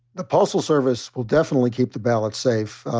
the postal service will definitely keep the ballots safe.